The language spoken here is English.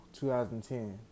2010